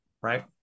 Right